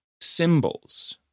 symbols